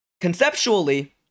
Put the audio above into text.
conceptually